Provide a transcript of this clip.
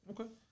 Okay